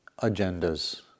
agendas